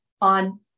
on